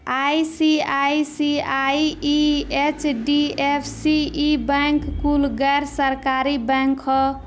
ICICI, HDFC, ई bank कुल गैर सरकारी बैंक ह